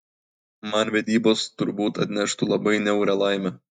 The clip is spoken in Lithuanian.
man vedybos turbūt atneštų labai niaurią laimę